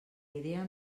idea